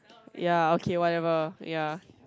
ya okay whatever ya